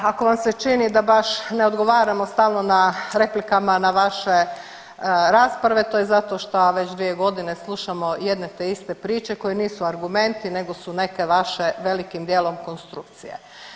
Ako vam se čini da baš ne odgovaramo stalo na replikama na vaše rasprave to je zato što već 2 godine slušamo jedne te iste priče koje nisu argumenti nego su neke vaše velikim dijelom konstrukcije.